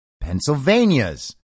Pennsylvania's